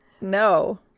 no